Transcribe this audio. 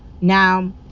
Now